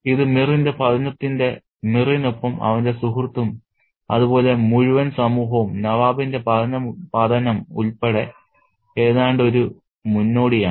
ഇത് മിറിന്റെ പതനത്തിന്റെ മിറിനൊപ്പം അവന്റെ സുഹൃത്തും അതുപോലെ മുഴുവൻ സമൂഹവും നവാബിന്റെ പതനം ഉൾപ്പെടെ ഏതാണ്ട് ഒരു മുന്നോടിയാണ്